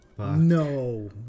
No